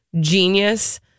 genius